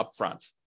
upfront